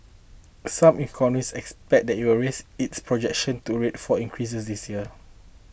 some economists expect that it will raise its projection to rate four increases this year